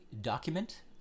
document